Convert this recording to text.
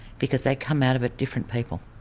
because they come out of it different people.